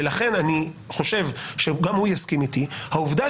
ולכן אני חושב שגם הוא יסכים איתי העובדה